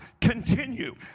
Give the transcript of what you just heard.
continue